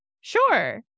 sure